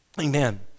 Amen